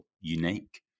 unique